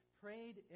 prayed